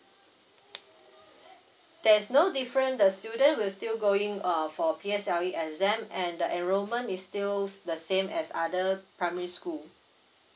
there's no difference the student will still going uh for P_S_L_E exam and the enrollment is still the same as other primary school